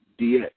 DX